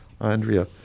Andrea